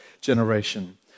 generation